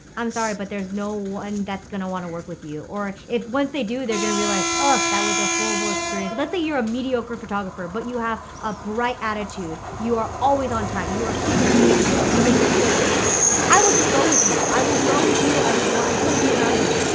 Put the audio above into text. i'm sorry, but there's no one that's gonna want to work with you. or if once they do, they're gonna realize, oh, that was a horrible experience. let's say you're a mediocre photographer, but you have a bright attitude, you are always on time, you are super communicative and you make me feel safe i will just go with you. i will grow with you i would want i just want to be around you.